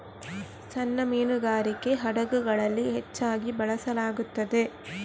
ಸಣ್ಣ ಮೀನುಗಾರಿಕೆ ಹಡಗುಗಳಲ್ಲಿ ಹೆಚ್ಚಾಗಿ ಬಳಸಲಾಗುತ್ತದೆ